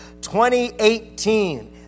2018